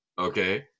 okay